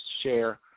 share